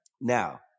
Now